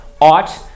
ought